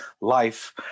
life